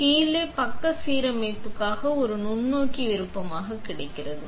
கீழே பக்க சீரமைப்புக்கான ஒரு நுண்ணோக்கி விருப்பமாக கிடைக்கிறது